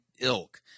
ilk